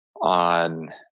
on